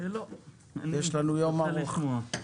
לא, אני רוצה לשמוע.